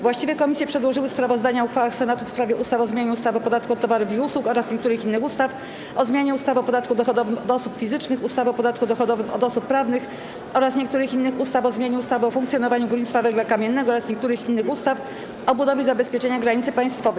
Właściwe komisje przedłożyły sprawozdania o uchwałach Senatu w sprawie ustaw: - o zmianie ustawy o podatku od towarów i usług oraz niektórych innych ustaw, - o zmianie ustawy o podatku dochodowym od osób fizycznych, ustawy o podatku dochodowym od osób prawnych oraz niektórych innych ustaw, - o zmianie ustawy o funkcjonowaniu górnictwa węgla kamiennego oraz niektórych innych ustaw, - o budowie zabezpieczenia granicy państwowej.